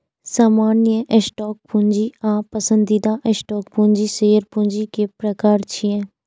सामान्य स्टॉक पूंजी आ पसंदीदा स्टॉक पूंजी शेयर पूंजी के प्रकार छियै